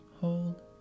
Hold